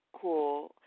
cool